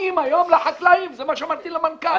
באים היום לחקלאים זה מה שאמרתי למנכ"ל,